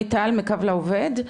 תודה, מיטל מ"קו לעובד",